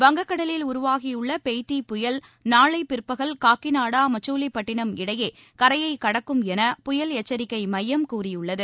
வங்கக்கடலில் உருவாகியுள்ள பெய்ட்டி புயல் நாளை பிற்பகல் காக்கிநாடா மச்சூலிபட்டினம் இடையே கரையை கடக்கும் என புயல் எச்சரிக்கை மையம் கூறியுள்ளது